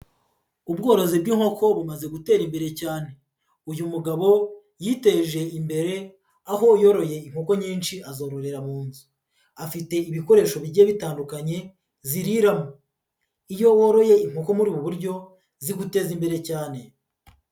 Ubworozi bw'inkoko bumaze gutera imbere cyane, uyu mugabo yiteje imbere, aho yoroye inkoko nyinshi azororera mu nzu, afite ibikoresho bigiye bitandukanye ziriramo, iyo woroye inkoko muri ubu buryo ziguteza imbere cyane.